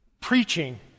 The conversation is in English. preaching